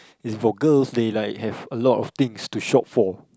it's for girls they like have a lot of things to shop for